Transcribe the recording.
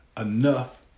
enough